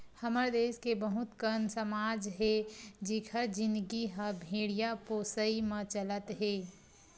हमर देस के बहुत कन समाज हे जिखर जिनगी ह भेड़िया पोसई म चलत हे